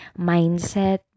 mindset